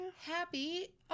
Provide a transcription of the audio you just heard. Happy